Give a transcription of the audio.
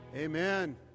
Amen